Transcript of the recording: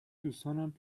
دوستانم